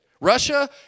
Russia